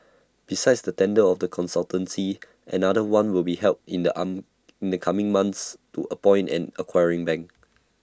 besides the tender of the consultancy another one will be held in the in the coming months to appoint an acquiring bank